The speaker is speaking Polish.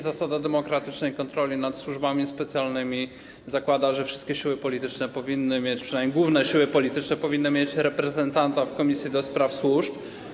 Zasada demokratycznej kontroli nad służbami specjalnymi zakłada, że wszystkie siły polityczne, przynajmniej główne siły polityczne, powinny mieć reprezentanta w Komisji do Spraw Służb Specjalnych.